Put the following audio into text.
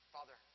Father